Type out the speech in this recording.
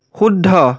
শুদ্ধ